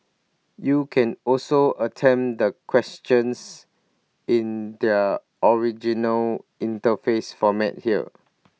you can also attempt the questions in their original interface format here